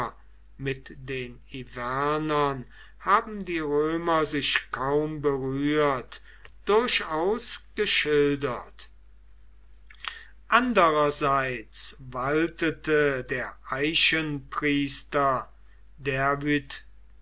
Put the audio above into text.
mit den ivernern haben die römer sich kaum berührt durchaus geschildert andererseits waltete der eichenpriester derwydd